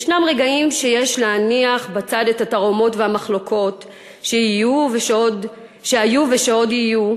יש רגעים שיש להניח בצד את התרעומות והמחלוקות שהיו ושעוד יהיו,